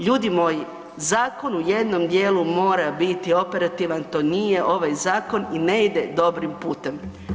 Ljudi moji, zakon u jednom djelu mora biti operativan, to nije ovaj zakon i ne ide dobrim putem.